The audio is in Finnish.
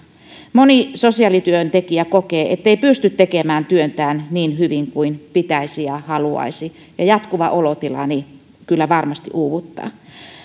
moni sosiaalityöntekijä kokee ettei pysty tekemään työtään niin hyvin kuin pitäisi ja haluaisi ja kun se on jatkuva olotila niin kyllä varmasti uuvuttaa